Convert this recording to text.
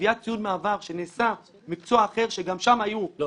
לקביעת ציון מעבר שנעשה במקצוע אחר שגם שם היו פער --- גדול.